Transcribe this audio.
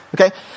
okay